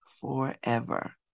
forever